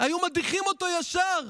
היו מדיחים אותו ישר,